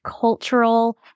cultural